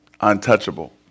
untouchable